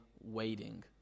waiting